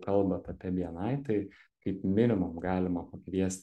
kalbat apie bni tai kaip minimum galima pakviesti